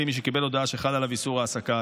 למי שקיבל הודעה שחל עליו איסור העסקה.